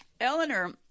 Eleanor